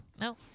No